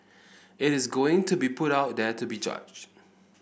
it is going to be put out there to be judged